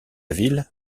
ville